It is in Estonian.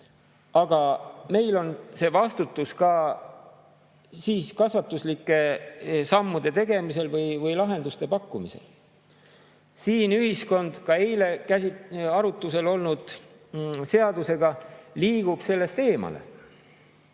Aga meil on vastutus ka kasvatuslike sammude tegemisel või lahenduste pakkumisel. Siin ühiskond, ka eile arutlusel olnud seadusega, liigub sellest eemale.